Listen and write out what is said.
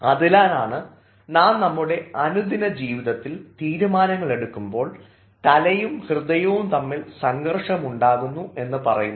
അതിനാലാണ് നാം നമ്മുടെ അനുദിന ജീവിതത്തിൽ തീരുമാനങ്ങൾ എടുക്കുമ്പോൾ തലയും ഹൃദയവും തമ്മിൽ സംഘർഷമുണ്ടാകുന്നു എന്ന് പറയുന്നത്